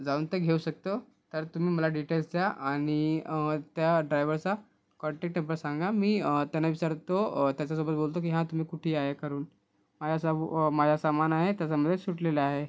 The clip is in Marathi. जाऊन ते घेऊ शकतो तर तुम्ही मला डिटेल्स द्या आणि त्या ड्रायव्हरचा कॉँटॅक्ट नंबर सांगा मी त्यांना विचारतो त्याच्यासोबत बोलतो की हां तुम्ही कुठे आहे करून माझ्या सा माझ्या सामान आहे तर जमल्यास सुटलेले आहे